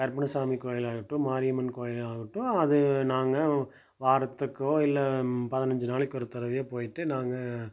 கருப்பண்ணசாமி கோயிலாகட்டும் மாரியம்மன் கோயிலாகட்டும் அது நாங்கள் வாரத்துக்கோ இல்லை பதினைஞ்சி நாளைக்கு ஒரு தடவையோ போய்விட்டு நாங்கள்